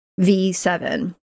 v7